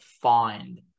find